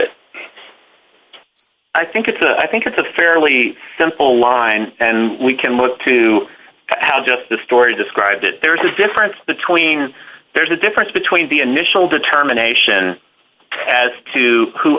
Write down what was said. it i think it's i think it's a fairly simple line and we can look to how just the story described it there's a difference between there's a difference between the initial determination as to who